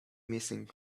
missing